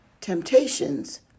temptations